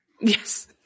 Yes